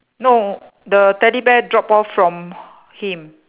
no the Teddy bear dropped off from him